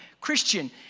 Christian